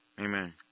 Amen